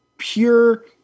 pure